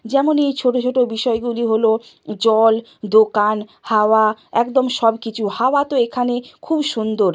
যেমন এই ছোট ছোট বিষয়গুলি হল জল দোকান হাওয়া একদম সব কিছু হাওয়া তো এখানে খুব সুন্দর